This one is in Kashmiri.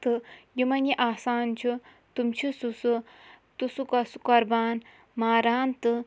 تہٕ یِمَن یہِ آسان چھُ تِم چھِ سُہ سُہ تہٕ سُہ قۄ سُہ قۄربان ماران تہٕ